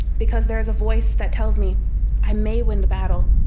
because there is a voice that tells me i may win the battle,